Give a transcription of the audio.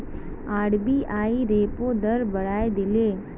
RBI repo दर बढ़ाए दिले